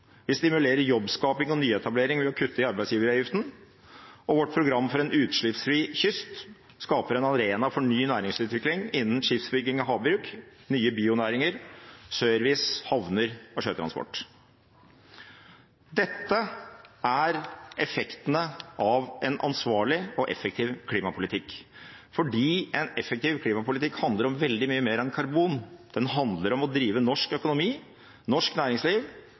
Vi stimulerer jobbskaping og nyetablering ved å kutte i arbeidsgiveravgiften, og vårt program for en utslippsfri kyst skaper en arena for ny næringsutvikling innen skipsbygging og havbruk, nye bionæringer, service, havner og sjøtransport. Dette er effektene av en ansvarlig og effektiv klimapolitikk, for en effektiv klimapolitikk handler om veldig mye mer enn karbon. Den handler om å drive norsk økonomi, norsk næringsliv,